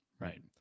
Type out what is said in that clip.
right